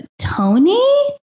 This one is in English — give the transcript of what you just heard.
Tony